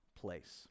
place